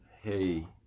Hey